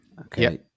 okay